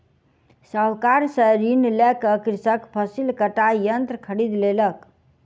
साहूकार से ऋण लय क कृषक फसिल कटाई यंत्र खरीद लेलक